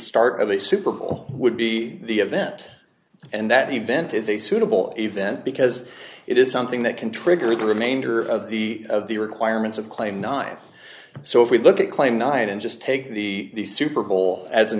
start of a super bowl would be the event and that event is a suitable event because it is something that can trigger the remainder of the of the requirements of claim nine so if we look at claim nine and just take the super bowl as an